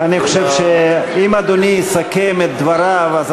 אני חושב שאם אדוני יסכם את דבריו אנחנו